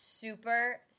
super